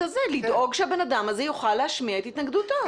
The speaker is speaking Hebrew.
לדאוג שהאדם הזה יוכל להשמיע את התנגדותו.